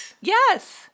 Yes